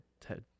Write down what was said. Ted